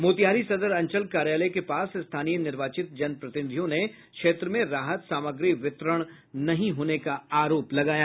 मोतिहारी सदर अंचल कार्यालय के पास स्थानीय निर्वाचित जनप्रतिनिधियों ने क्षेत्र में राहत सामग्री वितरण नहीं होने का आरोप लगाया